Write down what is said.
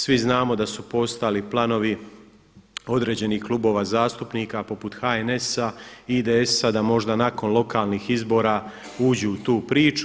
Svi znamo da su postojali planovi određenih klubova zastupnika poput HNS-a i IDS-a da možda nakon lokalnih izbora uđu u tu priču.